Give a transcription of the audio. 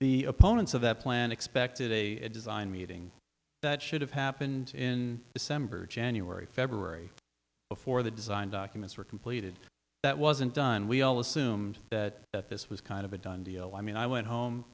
the opponents of that plan expected a design meeting that should have happened in december january february before the design documents were completed that wasn't done we all assumed that this was kind of a done deal i mean i went home